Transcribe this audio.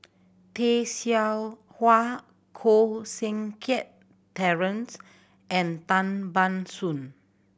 Tay Seow Huah Koh Seng Kiat Terence and Tan Ban Soon